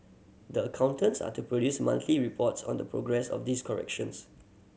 the accountants are to produce monthly reports on the progress of these corrections